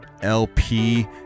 lp